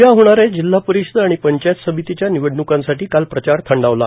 उद्या होणाऱ्या जिल्हा परिषद आणि पंचायत समितीच्या निवडण्कांसाठी काल प्रचार थंडावला